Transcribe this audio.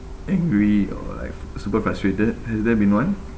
angry or like super frustrated has there been one